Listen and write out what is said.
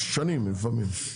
שנים לפעמים.